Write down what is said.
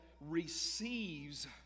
receives